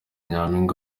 nyampinga